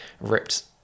ripped